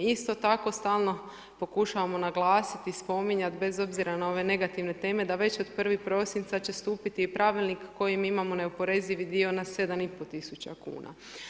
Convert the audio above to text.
Isto tako stalno pokušavamo naglasiti spominjati, bez obzira na ove negativne teme, da već od 1. prosinca, će stupiti i pravilnik kojim imamo neoporezivi dio na 7,5 tisuća kn.